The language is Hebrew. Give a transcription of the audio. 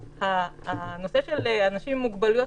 הנושא של אנשים עם מוגבלויות,